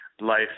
life